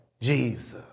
Jesus